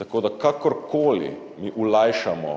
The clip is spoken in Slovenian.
Tako da, kakorkoli mi olajšamo